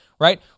right